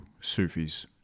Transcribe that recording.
sufis